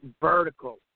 vertical